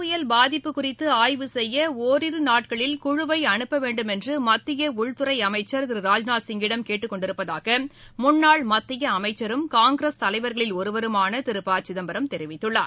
புயல் பாதிப்பு குறித்துஆய்வு செய்யஒரிருநாட்களில் குழுவைஅனுப்பவேண்டும் கஜ என்றுமத்தியஉள்துறைஅமைச்சர் திரு ராஜ்நாத் சிங்கிடம் கேட்டுக் கொண்டிருப்பதாகமுன்னாள் மத்தியஅமைச்சரும் காங்கிரஸ் தலைவர்களில் ஒருவருமானதிரு ப சிதம்பரம் தெரிவித்துள்ளார்